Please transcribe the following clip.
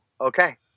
okay